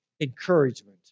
encouragement